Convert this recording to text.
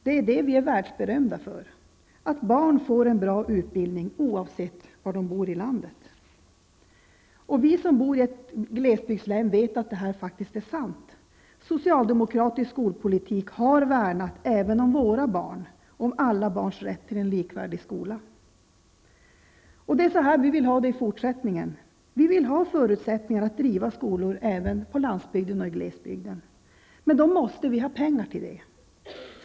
Det är det vi är världsberömda för -- att barn får en bra utbildning oavsett var de bor i landet. Vi som bor i ett glesbygdslän vet att detta faktiskt är sant. Socialdemokratisk skolpolitik har värnat även om våra barn -- om alla barns rätt till en likvärdig skola. Och det är så här vi vill ha det i fortsättningen. Vi vill ha förutsättningar att driva skolor även på landsbygden och i glesbygden. Men då måste vi ha pengar till det.